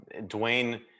Dwayne